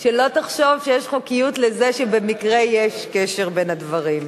שלא תחשוב שיש חוקיות לזה שבמקרה יש קשר בין הדברים.